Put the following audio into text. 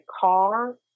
CAR